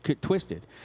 twisted